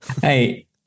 Hey